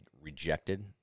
rejected